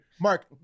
Mark